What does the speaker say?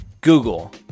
Google